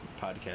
podcast